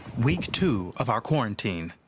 week two of our quarantine.